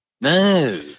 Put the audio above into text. no